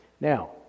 Now